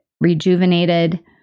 rejuvenated